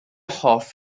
hoff